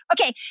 okay